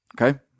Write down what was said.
Okay